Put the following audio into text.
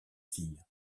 filles